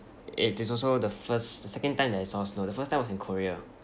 it is also the first the second time that I saw snow the first time was in korea